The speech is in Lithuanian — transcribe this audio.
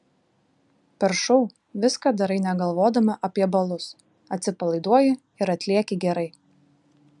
per šou viską darai negalvodama apie balus atsipalaiduoji ir atlieki gerai